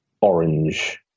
orange